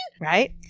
Right